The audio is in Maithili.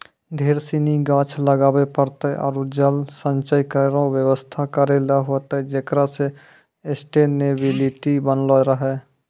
ढेर सिनी गाछ लगाबे पड़तै आरु जल संचय केरो व्यवस्था करै ल होतै जेकरा सें सस्टेनेबिलिटी बनलो रहे